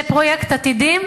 זה פרויקט "עתידים",